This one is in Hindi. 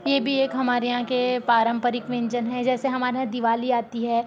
ये भी एक हमारे यहाँ के पारंपरिक व्यंजन हैं जैसे हमारे यहाँ दिवाली आती है